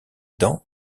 dents